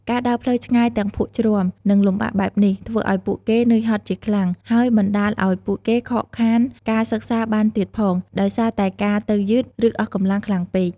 ការដើរផ្លូវឆ្ងាយទាំងភក់ជ្រាំ និងលំបាកបែបនេះ ធ្វើឱ្យពួកគេនឿយហត់ជាខ្លាំង ហើយបណ្ដាលឱ្យពួកគេខកខានការសិក្សាបានទៀតផង ដោយសារតែការទៅយឺត ឬអស់កម្លាំងខ្លាំងពេក។